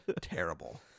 terrible